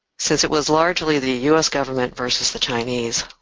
since it was largely the us government versus the chinese,